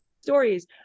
stories